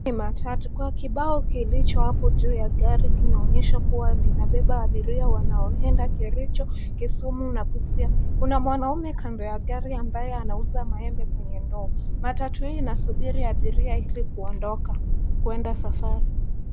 Hii ni matatu. Kibao kilicho hapo juu ya gari kinaonyesha kuwa imebeba abiria wanaoenda Kericho, Kisumu na Busia. Kuna mwanaume kando ya gari ambaye anauza maembe kwenye ndoo. Matatu hii inasubiri abiria ili kuondoka kuenda safari.